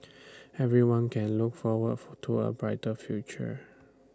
everyone can look forward to A brighter future